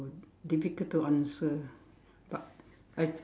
difficult to answer but I